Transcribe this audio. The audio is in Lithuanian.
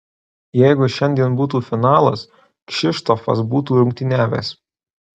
jeigu šiandien būtų finalas kšištofas būtų rungtyniavęs